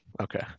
Okay